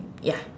ya